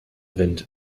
wind